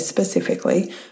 specifically